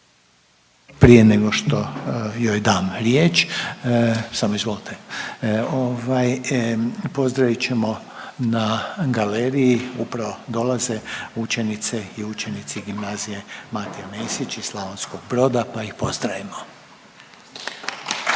prije nego što joj dam riječ, samo izvolite, ovaj pozdravit ćemo na galeriji upravo dolaze učenice i učenici Gimnazije Matija Mesić iz Slavonskog Broda pa ih pozdravimo.